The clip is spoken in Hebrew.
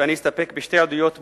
ואני אסתפק בשתי עדויות בולטות,